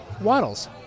Waddles